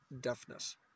deafness